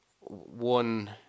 one